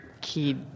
key